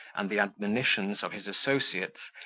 and the admonitions of his associates,